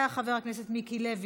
חברת הכנסת מירב בן ארי,